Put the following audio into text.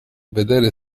vedere